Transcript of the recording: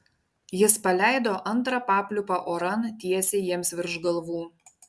jis paleido antrą papliūpą oran tiesiai jiems virš galvų